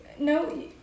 No